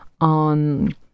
on